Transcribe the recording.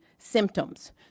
symptoms